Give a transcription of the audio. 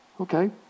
Okay